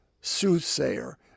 soothsayer